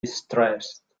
distressed